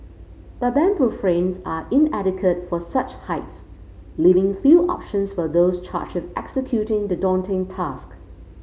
but bamboo frames are inadequate for such heights leaving few options for those charged with executing the daunting task